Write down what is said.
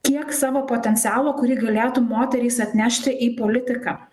kiek savo potencialo kurį galėtų moterys atnešti į politiką